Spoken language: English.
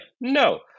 no